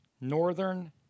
Northern